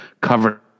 cover